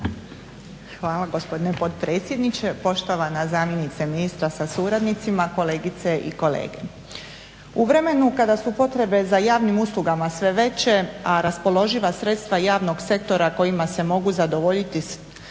Hvala gospodine potpredsjedniče, poštovana zamjenice ministra sa suradnicima, kolegice i kolege. U vremenu kada su potrebe za javnim uslugama sve veće, a raspoloživa sredstva javnog sektora kojima se mogu zadovoljiti te